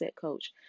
coach